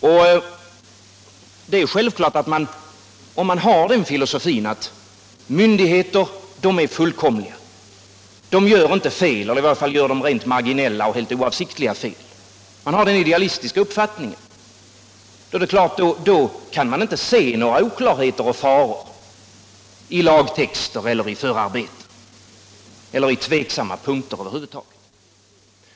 Om man har den idealistiska uppfattningen att myndigheter är fullkomliga och inte gör några fel, i varje fall bara rent marginella och helt oavsiktliga fel, då kan man inte heller se några oklarheter och faror i lagtexter, i förarbeten eller på tveksamma punkter.